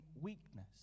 weakness